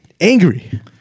angry